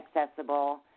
accessible